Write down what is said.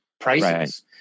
prices